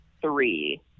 three